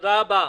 תודה רבה.